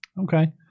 Okay